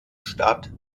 stadt